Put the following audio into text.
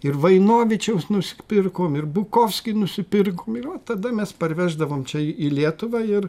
ir vainovičiaus nusipirkom ir bukovskį nusipirkom ir vo tada mes parveždavom čiai į lietuvą ir